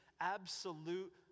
absolute